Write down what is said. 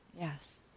Yes